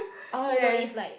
you know if like